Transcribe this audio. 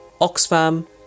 Oxfam